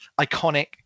iconic